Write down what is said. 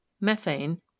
Methane